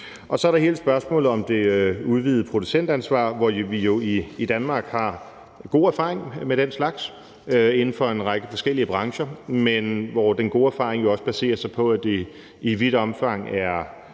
Så er der hele spørgsmålet om det udvidede producentansvar, hvor vi jo i Danmark har god erfaring med den slags inden for en række forskellige brancher, men hvor den gode erfaring jo også baserer sig på, at det i vidt omfang er